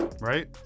Right